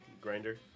Grinder